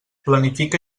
planifica